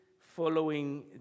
following